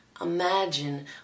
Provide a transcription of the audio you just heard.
imagine